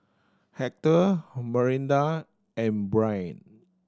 Hector Marinda and Brianne